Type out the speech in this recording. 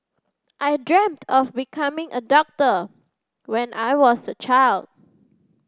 I dreamt of becoming a doctor when I was a child